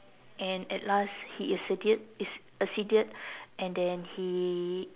and at last he acceded acceded and then he